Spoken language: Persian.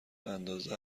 اندازه